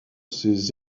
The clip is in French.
ses